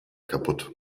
kaputt